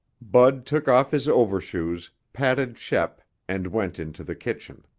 bud took off his overshoes, patted shep and went into the kitchen.